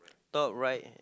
top right